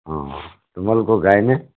অঁ তোমালোকৰ গায়নে